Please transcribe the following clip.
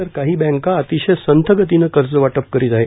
तर काही बँका अतिशय संथगतीने कर्जवाटप करीत आहे